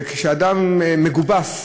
כשאדם מגובס,